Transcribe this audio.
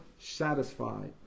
satisfied